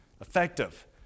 effective